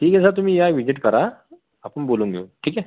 ठीक आहे सर तुम्ही या व्हिजिट करा आपण बोलून घेऊ ठीक आहे